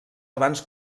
abans